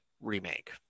remake